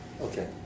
Okay